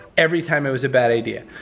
every time it was a bad idea.